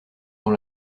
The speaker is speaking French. dans